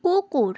কুকুর